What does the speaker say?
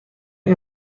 این